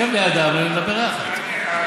שב לידם ונדבר יחד.